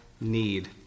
need